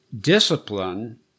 discipline